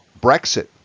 Brexit